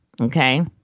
okay